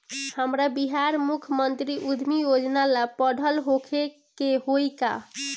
हमरा बिहार मुख्यमंत्री उद्यमी योजना ला पढ़ल होखे के होई का?